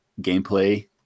gameplay